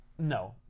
No